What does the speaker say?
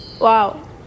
Wow